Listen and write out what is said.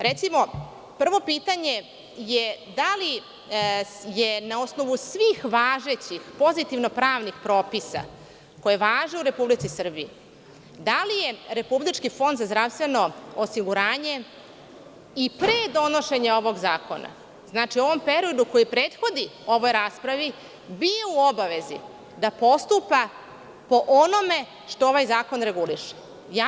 Recimo, prvo pitanje je da li je na osnovu svih važećih pozitivno pravnih propisa koji važe u Republici Srbiji, da li je Republički fonda za zdravstveno osiguranje i pre donošenja ovog zakona, znači u onom periodu koji prethodi ovoj raspravi, bio u obavezi da postupa po onome što ovaj zakon reguliše.